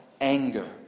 anger